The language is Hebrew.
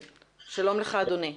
שלום לך, אדוני.